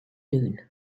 noon